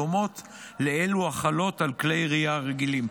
הדומות לאלו החלות על כלי ירייה רגילים,